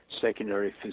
secondary